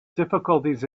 difficulties